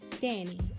danny